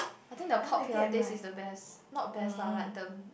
I think the pop pilates is the best not best lah like the